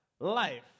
life